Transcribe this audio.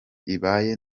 ibaye